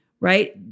right